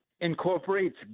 incorporates